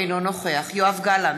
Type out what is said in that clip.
אינו נוכח יואב גלנט,